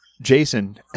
Jason